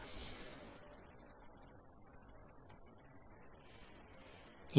LINSYS1 DESKTOPPublicggvlcsnap 2016 02 29 10h06m09s18